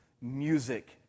music